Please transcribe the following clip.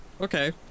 Okay